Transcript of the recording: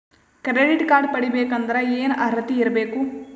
Credit card ಪಡಿಬೇಕಂದರ ಏನ ಅರ್ಹತಿ ಇರಬೇಕು?